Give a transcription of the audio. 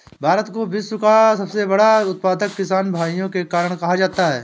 भारत को विश्व का सबसे बड़ा उत्पादक किसान भाइयों के कारण कहा जाता है